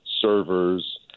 servers